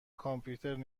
کامپیوترم